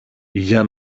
για